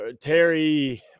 Terry